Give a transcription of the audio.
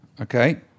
Okay